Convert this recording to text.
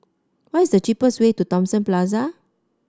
what is the cheapest way to Thomson Plaza